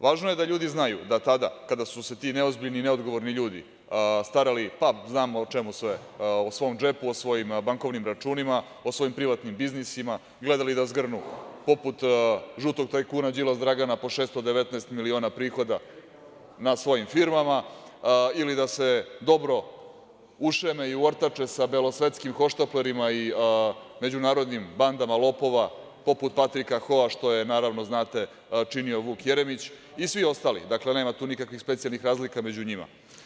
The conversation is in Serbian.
Važno je da ljudi znaju da tada kada su se ti neozbiljni i neodgovorni ljudi starali, pa, znamo o čemu sve, o svom džepu, o svojim bankovnim računima, o svojim privatnim biznisima, gledali da zgrnu, poput žutog tajkuna Đilas Dragana po 619 miliona prihoda na svojim firmama, ili da se dobro ušeme i uortače sa belosvetskim hohštaplerima i međunarodnim bandama lopova, poput Patrika Houa, što je, naravno znate, činio Vuk Jeremić i svi ostali, nema tu nikakvih specijalnih razlika među njima.